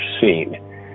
seen